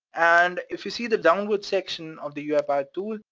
and if you see the downward section of the uipath tool,